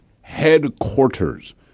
headquarters